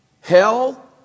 hell